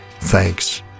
Thanks